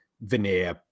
veneer